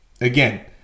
again